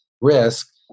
risk